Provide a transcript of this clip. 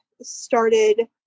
started